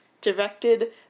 Directed